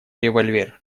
револьвер